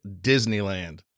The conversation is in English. Disneyland